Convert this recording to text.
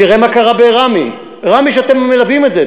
תראה מה קרה בראמה, ואתם מלווים את זה.